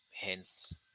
hence